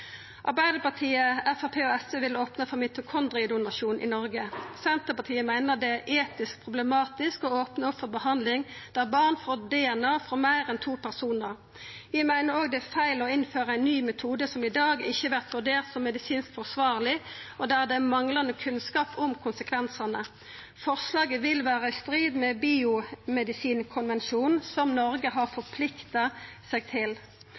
Arbeidarpartiet, Framstegspartiet og SV vil opna for mitokondriedonasjon i Noreg. Senterpartiet meiner det er etisk problematisk å opna for behandling der barn får DNA frå meir enn to personar. Vi meiner òg det er feil å innføra ein ny metode som i dag ikkje vert vurdert som medisinsk forsvarleg, og der det er manglande kunnskap om konsekvensane. Forslaget vil vera i strid med biomedisinkonvensjonen som Noreg har forplikta seg til.